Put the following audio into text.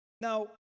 Now